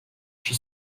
she